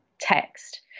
text